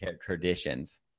traditions